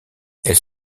elles